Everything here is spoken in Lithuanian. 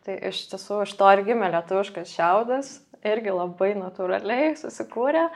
tai iš tiesų iš to ir gimė lietuviškas šiaudas irgi labai natūraliai susikūrė